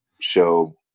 show